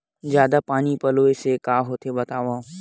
जादा पानी पलोय से का होथे बतावव?